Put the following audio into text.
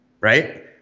Right